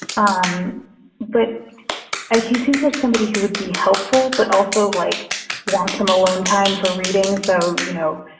um but he seems like somebody who would be helpful. but also blake wants him alone. time for reading. so, you know,